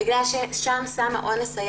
בגלל ששם סם האונס היה